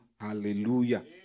hallelujah